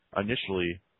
initially –